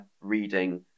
reading